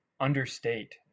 understate